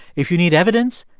if you need evidence,